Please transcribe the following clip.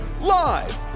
live